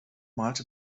malte